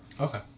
okay